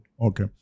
Okay